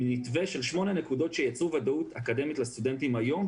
היא מתווה של שמונה נקודות שייצרו ודאות אקדמית לסטודנטים היום,